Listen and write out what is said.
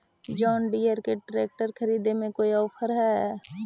जोन Deere के tractor खरिदे में कोई औफर है का?